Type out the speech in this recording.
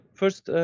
first